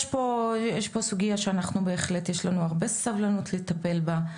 יש פה סוגיה שבהחלט יש לנו הרבה סבלנות לטפל בה,